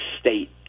state